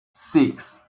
six